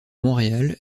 montréal